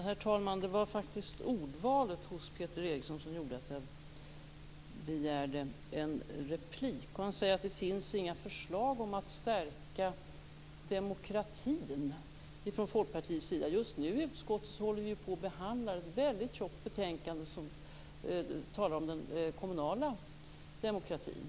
Herr talman! Det var faktiskt ordvalet hos Peter Eriksson som gjorde att jag begärde replik. Han säger att det inte finns några förslag om att stärka demokratin från Folkpartiets sida. Just nu håller vi i utskottet på att behandla ett tjockt betänkande om den kommunala demokratin.